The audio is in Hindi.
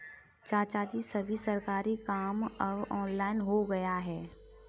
चाचाजी, सभी सरकारी काम अब ऑनलाइन हो गया है